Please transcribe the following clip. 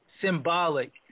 symbolic